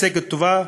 מצגת טובה,